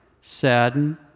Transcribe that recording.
sadden